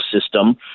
system